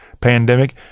pandemic